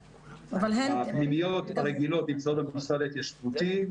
הפנימיות הרגילות נמצאות במוסד ההתיישבותי,